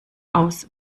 aus